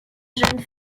jeune